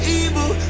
evil